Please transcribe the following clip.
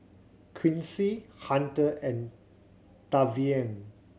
Quincy Hunter and Tavian